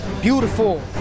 Beautiful